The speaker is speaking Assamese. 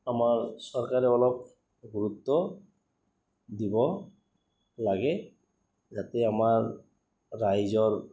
আমাৰ চৰকাৰে অলপ গুৰুত্ব দিব লাগে যাতে আমাৰ ৰাইজৰ